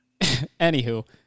Anywho